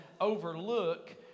overlook